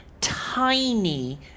tiny